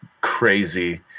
crazy